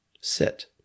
sit